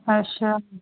ਅੱਛਾ